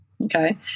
Okay